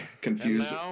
confused